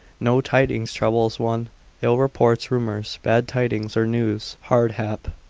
no tidings troubles one ill reports, rumours, bad tidings or news, hard hap,